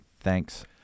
Thanks